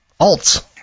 alts